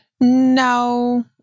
No